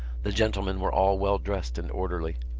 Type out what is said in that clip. the gentlemen were all well dressed and orderly.